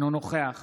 אינו נוכח